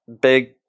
big